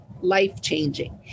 life-changing